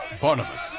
Barnabas